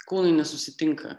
kūnai nesusitinka